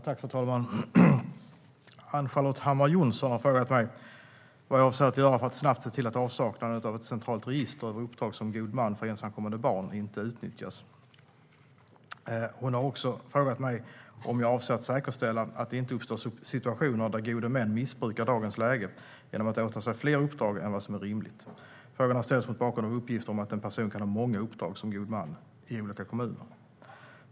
Svar på interpellationer Fru talman! Ann-Charlotte Hammar Johnsson har frågat mig vad jag avser att göra för att snabbt se till att avsaknaden av ett centralt register över uppdrag som god man för ensamkommande barn inte utnyttjas. Hon har också frågat mig om jag avser att säkerställa att det inte uppstår situationer där gode män missbrukar dagens läge genom att åta sig fler uppdrag än vad som är rimligt. Frågorna ställs mot bakgrund av uppgifter om att en person kan ha många uppdrag som god man i olika kommuner.